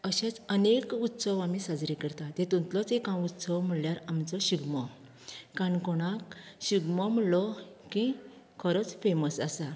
अशेंच अनेक उत्सव आमी साजरे करतात तेतूंतलोच एक हांव उत्सव म्हळ्यार आमचो शिगमो काणकोणांत शिगमो म्हणलो की खरोच फेमस आसा